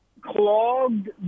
clogged